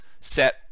set